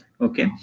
okay